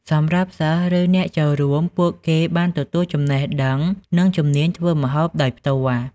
សម្រាប់ សិស្ស ឬអ្នកចូលរួម ពួកគេបានទទួលចំណេះដឹងនិងជំនាញធ្វើម្ហូបដោយផ្ទាល់។